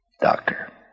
Doctor